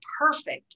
perfect